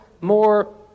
more